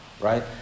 right